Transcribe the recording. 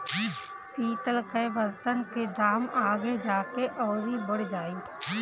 पितल कअ बर्तन के दाम आगे जाके अउरी बढ़ जाई